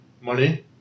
Money